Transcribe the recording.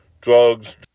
drugs